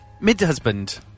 Mid-husband